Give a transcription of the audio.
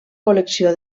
col·lecció